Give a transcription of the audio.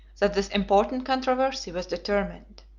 that this important controversy was determined.